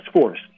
Force